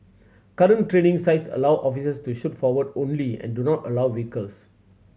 current training sites allow officers to shoot forward only and do not allow vehicles